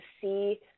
see